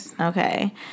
okay